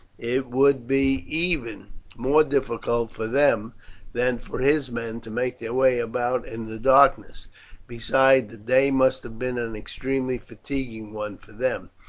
it would be even more difficult for them than for his men to make their way about in the darkness besides, the day must have been an extremely fatiguing one for them.